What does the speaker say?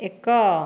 ଏକ